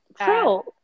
true